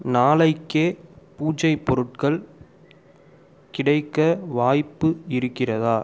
நாளைக்கே பூஜை பொருட்கள் கிடைக்க வாய்ப்பு இருக்கிறதா